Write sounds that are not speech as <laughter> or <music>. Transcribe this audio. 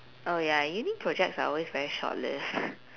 oh ya uni projects are always very shortlived <laughs>